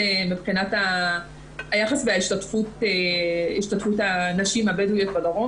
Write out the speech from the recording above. היחס והשתתפות הנשים הבדואיות בדרום.